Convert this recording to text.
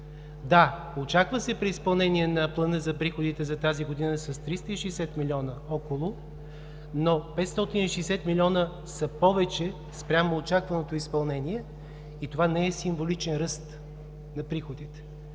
Да, очаква се преизпълнение на плана за приходите за тази година с около 360 милиона, но 560 милиона са повече спрямо очакваното изпълнение, и това не е символичен ръст на приходите.